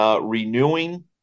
renewing